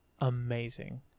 amazing